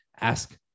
ask